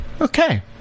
okay